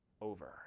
over